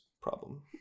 problem